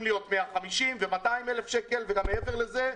להיות 150,000 או 200,000 שקל וגם מעבר לזה.